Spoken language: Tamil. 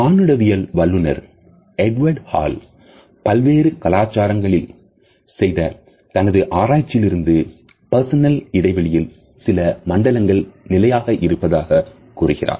மானுடவியல் வல்லுநர் எட்வர்டு ஹால் பல்வேறு கலாச்சாரங்களில் செய்த தனது ஆராய்ச்சியிலிருந்து பர்சனல் இடைவெளியில் சில மண்டலங்கள் நிலையாக இருப்பதாகக் கூறுகிறார்